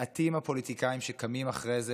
מעטים הפוליטיקאים שקמים אחרי זה,